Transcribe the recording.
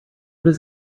does